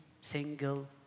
single